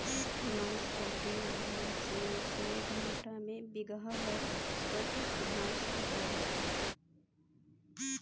घास काटे वाला मशीन से घंटा में बिगहा भर कअ घास कटा जाला